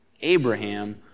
Abraham